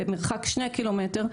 במרחק 2 קילומטר,